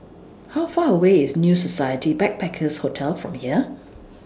How Far away IS New Society Backpackers' Hotel from here